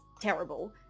terrible